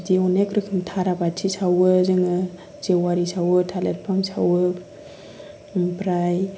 बिदि गोबां रोखोम थाराबाथि सावो जोङो जेवारि सावो थालिर बिफां सावो ओमफ्राय